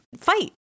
Fight